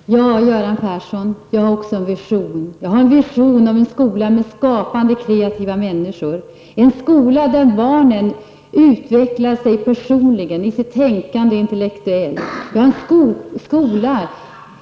Herr talman! Ja, Göran Persson, jag har också en vision. Jag har en vision om en skola med skapande och kreativa människor, en skola där barnen utvecklas personligen, i sitt tänkande och intellektuellt, en skola